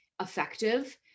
effective